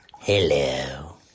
Hello